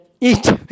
eat